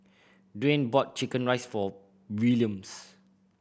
Dayne bought chicken rice for Williams